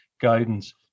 guidance